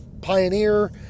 Pioneer